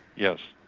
yes.